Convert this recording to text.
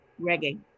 reggae